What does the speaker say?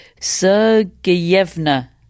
Sergeyevna